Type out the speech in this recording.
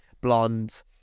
blonde